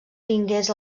tingués